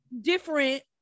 different